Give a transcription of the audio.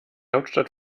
hauptstadt